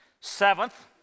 Seventh